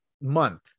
month